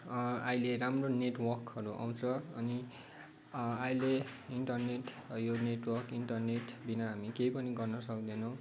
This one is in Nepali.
अहिले राम्रो नेटवर्कहरू आउँछ अनि अहिले इन्टरनेट यो नेटवर्क इन्टरनेट बिना हामी केही पनि गर्न सक्दैनौँ